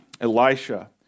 Elisha